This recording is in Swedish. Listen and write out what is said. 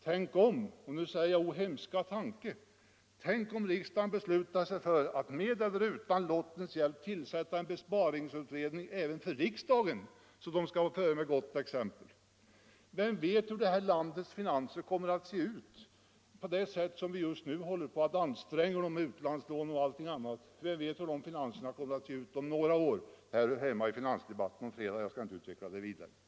Tänk om — o, hemska tanke — riksdagen beslutar sig för, med eller utan lottens hjälp, att tillsätta en besparingsutredning även för egen del för att gå före med gott exempel. Vet vi hur det här landets finanser — så som vi håller på att anstränga dem med utlandslån och annat — kommer att se ut om några år? Vi har finansdebatt på fredag, och jag skall inte utveckla det resonemanget vidare.